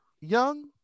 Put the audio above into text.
young